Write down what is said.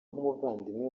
nk’umuvandimwe